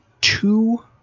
two